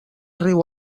riu